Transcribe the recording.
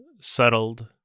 settled